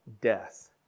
death